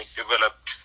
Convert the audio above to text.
developed